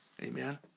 Amen